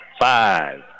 five